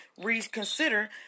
reconsider